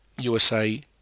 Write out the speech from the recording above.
USA